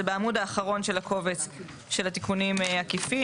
זה בעמוד האחרון של הקובץ של התיקונים העקיפים,